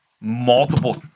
multiple